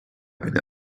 eine